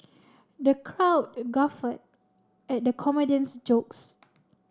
the crowd guffawed at the comedian's jokes